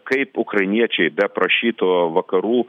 kaip ukrainiečiai beprašytų vakarų